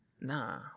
Nah